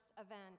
event